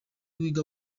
wiga